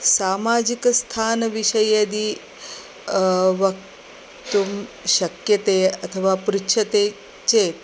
सामाजिकस्थानविषये यदि वक्तुं शक्यते अथवा पृच्छते चेत्